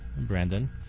Brandon